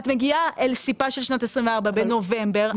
את מגיעה אל סיפה של שנת 24' בנובמבר,